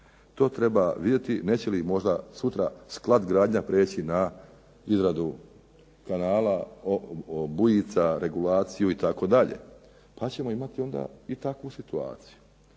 to treba vidjeti, neće li možda sutra "Sklad gradnja" preći na izradu kanala, bujica regulaciju itd. pa ćemo onda imati i takvu situaciju.